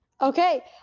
Okay